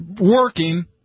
working